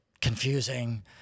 confusing